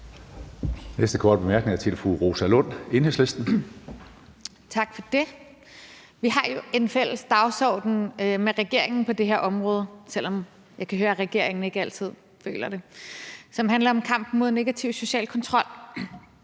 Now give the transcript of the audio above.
Næste korte bemærkning er til fru Rosa Lund, Enhedslisten. Kl. 09:28 Rosa Lund (EL): Tak for det. Vi har jo en fælles dagsorden med regeringen på det her område, selv om jeg kan høre, at regeringen ikke altid føler det, som handler om kampen mod negativ social kontrol.